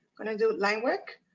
i'm gonna do the line work.